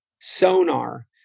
sonar